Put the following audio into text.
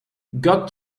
got